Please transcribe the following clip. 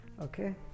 Okay